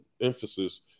emphasis